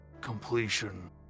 completion